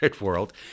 world